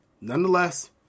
nonetheless